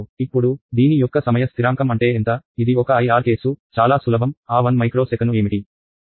ఇప్పుడు దీని యొక్క సమయ స్థిరాంకం అంటే ఎంత ఇది ఒక IR కేసు చాలా సులభం ఆ 1 మైక్రో సెకను ఏమిటి